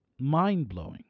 mind-blowing